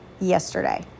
yesterday